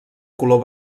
color